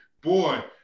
boy